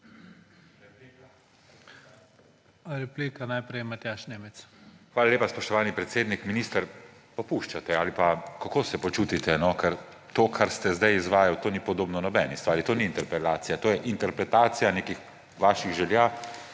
Nemec. **MATJAŽ NEMEC (PS SD):** Hvala lepa, spoštovani predsednik. Minister, popuščate ali pa … Kako se počutite, no? Ker to, kar ste zdaj izvajali, to ni podobno nobeni stvari. To ni interpelacija, to je interpretacija nekih vaših želja.